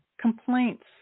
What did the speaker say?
complaints